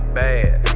bad